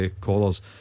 callers